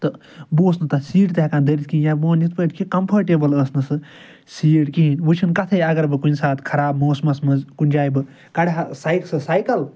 تہٕ بہٕ اوسُس نہٕ تَتھ سیٖٹہِ تہِ ہیٚکان دٔرِتھ کِہیٖنۍ یا بہٕ وَنہٕ یِتھۍ پٲٹھۍ کہِ کَمفٲرٹیبٕل ٲسۍ نہٕ سۄ سیٖٹ کِہیٖنۍ وۄنۍ چھَنہٕ کَتتھٔے اَگر بہٕ کُنہِ ساتہٕ خراب موسمَس منٛز کُنہِ جایہِ بہٕ کَڑٕ ہا بہٕ سایکَل